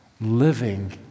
living